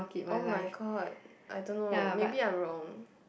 [oh]-my-god I don't know maybe I'm wrong